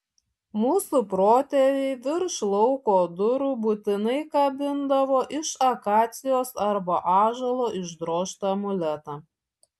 mūsų protėviai virš lauko durų būtinai kabindavo iš akacijos arba ąžuolo išdrožtą amuletą